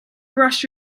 brush